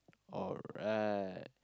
alright